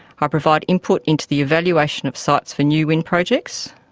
ah provide input into the evaluation of sites for new wind projects,